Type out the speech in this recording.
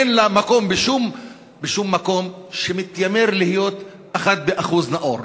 אין לה מקום בשום מקום שמתיימר להיות באחוז אחד נאור.